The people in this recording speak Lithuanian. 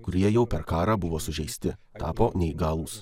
kurie jau per karą buvo sužeisti tapo neįgalūs